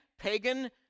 pagan